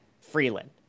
Freeland